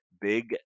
big